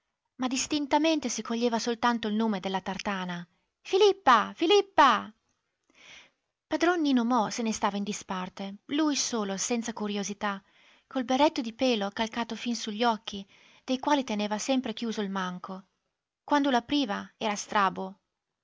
ma distintamente si coglieva soltanto il nome della tartana filippa filippa padron nino mo se ne stava in disparte lui solo senza curiosità col berretto di pelo calcato fin su gli occhi dei quali teneva sempre chiuso il manco quando lo apriva era strabo